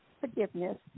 forgiveness